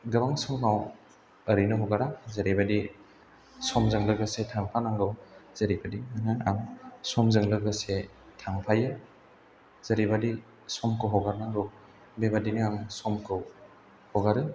गोबां समाव ओरैनो हगारा जेरैबादि समजों लोगोसेे थांफानांगौ जेरै बायदि नाें आं समजों लोगोसे थांफायो जेरैबादि समखौ हगारनांगौ बेबादिनो आं समखौ हगारो